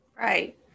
Right